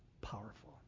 powerful